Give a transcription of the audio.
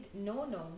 no-no